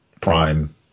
Prime